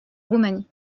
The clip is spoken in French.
roumanie